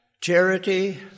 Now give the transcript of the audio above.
charity